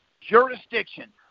jurisdiction